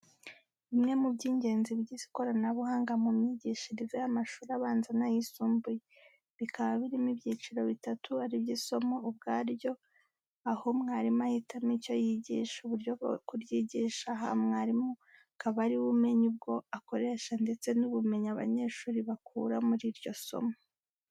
Bimwe mu by'ingenzi bigize ikoranabuhanga mu myigishirize y'amashuri abanza n'ayisumbuye. Bikaba birimo ibyiciro bitatu ari byo isomo ubwaryo aho mwarimu ahitamo icyo yigisha, uburyo bwo kuryigisha aha mwarimu akaba ari we umenya ubwo akoresha ndetse n'ubumenyi abanyeshuri bakura muri iryo somo.